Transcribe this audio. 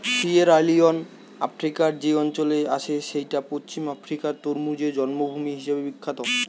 Sierra Leone আফ্রিকার যে অঞ্চলে আছে সেইটা পশ্চিম আফ্রিকার তরমুজের জন্মভূমি হিসাবে বিখ্যাত